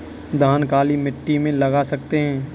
धान काली मिट्टी में लगा सकते हैं?